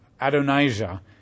Adonijah